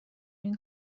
این